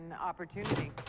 opportunity